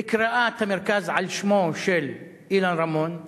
בקריאת המרכז על שמו של אילן רמון,